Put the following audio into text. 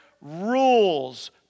Rules